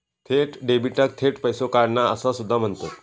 थेट डेबिटाक थेट पैसो काढणा असा सुद्धा म्हणतत